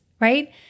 right